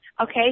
Okay